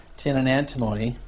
tin and antimony.